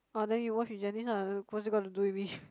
oh then you watch with Janice lah what's it got to do with me